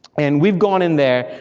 and we've gone in there,